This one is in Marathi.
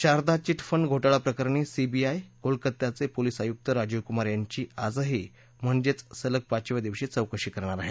शारदा घिट फंड घोटाळाप्रकरणी सीबाआय कोलकत्याचे पोलीस आयुक्त राजीव कुमार यांची आजही म्हणजे सलग पाचव्या दिवशी चौकशी करणार आहे